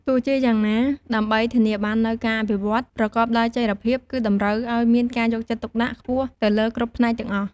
ទោះជាយ៉ាងណា ដើម្បីធានាបាននូវការអភិវឌ្ឍប្រកបដោយចីរភាព គឺតម្រូវឲ្យមានការយកចិត្តទុកដាក់ខ្ពស់ទៅលើគ្រប់ផ្នែកទាំងអស់។